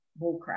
bullcrap